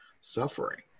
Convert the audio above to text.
suffering